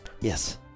Yes